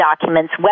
documents